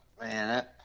Man